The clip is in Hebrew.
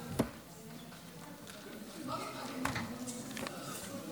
הבא על סדר-היום הוא הצעת חוק המקרקעין (תיקון מס' 37),